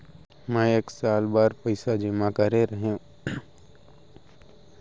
मैं एक साल बर पइसा जेमा करे रहेंव, बेरा ले जादा समय होगे हे का फिक्स जेमा ल आगू बढ़ाये बर फेर बैंक जाय ल परहि?